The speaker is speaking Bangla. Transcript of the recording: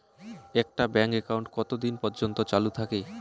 একটা ব্যাংক একাউন্ট কতদিন পর্যন্ত চালু থাকে?